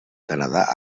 canadà